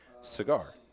cigar